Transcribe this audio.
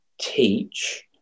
teach